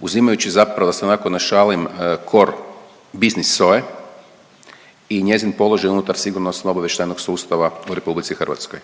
uzimajući zapravo, da se onako našalim, core business SOA-e i njezin položaj unutar sigurnosno-obavještajnog sustava u RH.